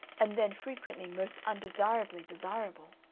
and then frequently most undesirably desirable,